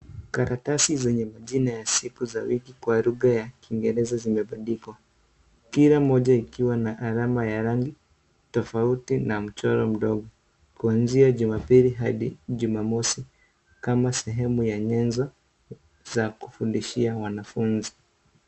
Karatasi zenye jina ya siku za wiki kwa lugha ya kingereza zimebandikwa , kila moja ikiwa na rangi tofauti nachoro mdogo kuanzia jumapili hadi jumamosi kama sehemu za nyenzo za kufundishia wanafunzi.